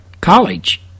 college